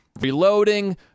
reloading